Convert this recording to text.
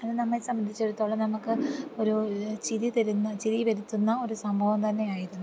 അത് നമ്മെ സംബന്ധിച്ചെടുത്തോളം നമുക്ക് ഒരു ചിരി തരുന്ന ചിരി വരുത്തുന്ന ഒരു സംഭവം തന്നെയായിരുന്നു